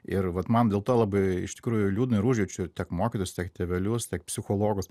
ir vat man dėl to labai iš tikrųjų liūdna ir užjaučiu tiek mokytojus tiek tėvelius tiek psichologus